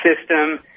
system